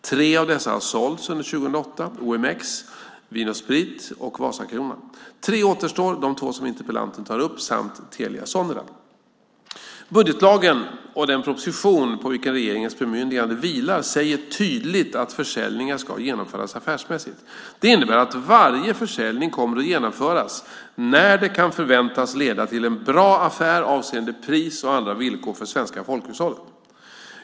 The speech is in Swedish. Tre av dessa har sålts under 2008 - OMX, Vin & Sprit och Vasakronan. Tre återstår, nämligen de två som interpellanten tar upp samt Telia Sonera. Budgetlagen och den proposition på vilken regeringens bemyndigande vilar säger tydligt att försäljningar ska genomföras affärsmässigt. Det innebär att varje försäljning kommer att genomföras när den kan förväntas leda till en bra affär avseende pris och andra villkor för det svenska folkhushållet.